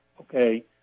okay